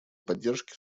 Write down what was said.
поддержке